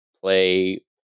play